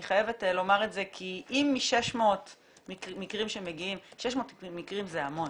אני חייבת לומר את זה כי אם יש 600 מקרים שמגיעים 600 מקרים זה המון.